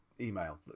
email